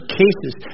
cases